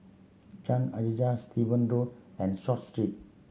John Hajijah Steven Road and Short Street